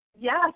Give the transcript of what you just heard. Yes